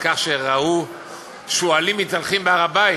על כך שראו שועלים מתהלכים בהר-הבית,